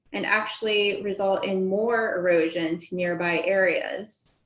and actually result in more erosion to nearby areas.